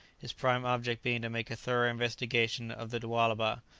his prime object being to make a thorough investigation of the lualaba,